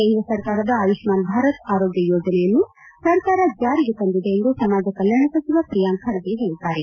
ಕೇಂದ್ರ ಸರ್ಕಾರದ ಆಯುಷ್ನಾನ್ ಭಾರತ ಆರೋಗ್ನ ಯೋಜನೆಯನ್ನು ಸರ್ಕಾರ ಜಾರಿಗೆ ತಂದಿದೆ ಎಂದು ಸಮಾಜ ಕಲ್ಟಾಣ ಸಚಿವ ಪ್ರಿಯಾಂಕ್ ಖರ್ಗೆ ಹೇಳಿದ್ದಾರೆ